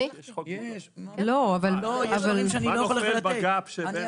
אני יכול לתת הרבה דוגמאות כאלה.